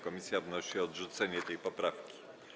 Komisja wnosi o odrzucenie tej poprawki.